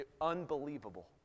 unbelievable